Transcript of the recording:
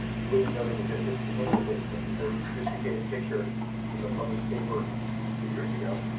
you wouldn't know that we're just at the beginning of this from this very sophisticated picture from a published paper a few years ago.